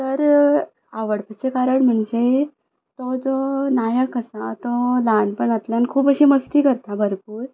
तर आवडपाचें कारण म्हणजे तो जो नायक आसा तो ल्हानपणांतल्यान खूब अशी मस्ती करता भरपूर